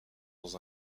dans